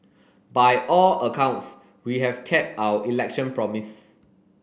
by all accounts we have kept our election promise